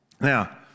Now